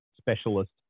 specialist